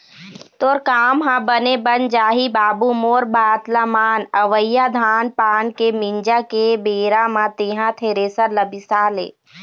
तोर काम ह बने बन जाही बाबू मोर बात ल मान अवइया धान पान के मिंजे के बेरा म तेंहा थेरेसर ल बिसा ले